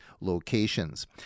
locations